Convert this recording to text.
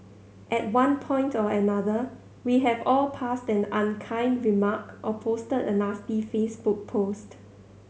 at one point or another we have all passed an unkind remark or posted a nasty Facebook post